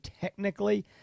technically